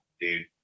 dude